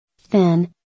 thin